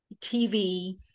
TV